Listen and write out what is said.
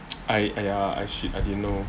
I !aiya! shit I didn't know